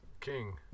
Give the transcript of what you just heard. king